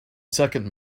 second